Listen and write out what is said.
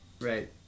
Right